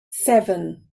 seven